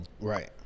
Right